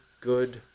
good